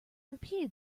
repeated